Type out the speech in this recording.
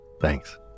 Thanks